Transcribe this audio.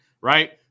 right